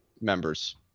members